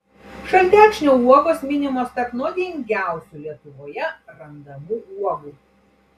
šaltekšnio uogos minimos tarp nuodingiausių lietuvoje randamų uogų